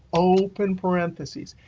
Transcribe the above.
open parentheses.